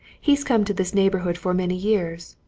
he's come to this neighbourhood for many years.